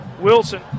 Wilson